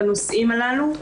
בנושאים הללו.